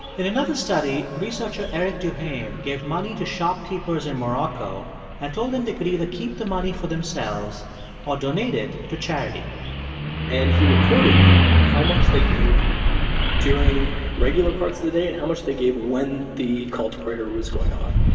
in another study, researcher eric durham gave money to shopkeepers in morocco and told him they could either keep the money for themselves or donate it to charity and he recorded how much they gave during regular parts of the day and how much they gave when the call to prayer was going off.